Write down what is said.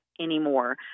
anymore